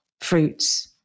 fruits